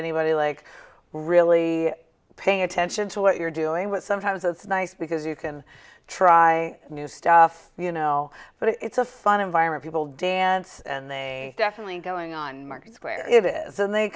anybody like really paying attention to what you're doing but sometimes it's nice because you can try new stuff you know but it's a fun environment people dance and they definitely going on markets where it is and they